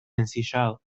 ensillado